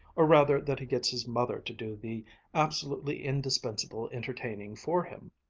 or rather that he gets his mother to do the absolutely indispensable entertaining for him.